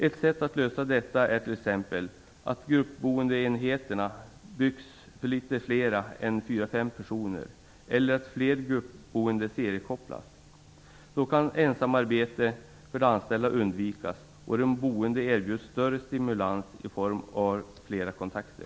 Ett sätt att lösa detta är t.ex. att gruppboendeenheterna byggs för fler än fyra fem personer, eller att fler gruppboenden seriekopplas. Då kan ensamarbete för de anställda undvikas och de boende erbjuds större stimulans i form av fler kontakter.